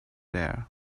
there